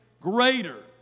greater